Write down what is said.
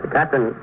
Captain